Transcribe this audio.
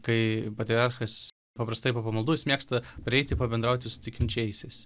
kai patriarchas paprastai po pamaldų jis mėgsta prieiti pabendrauti su tikinčiaisiais